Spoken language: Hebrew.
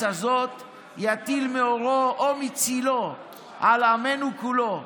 הזאת יטיל מאורו או מצילו על עמנו כולו.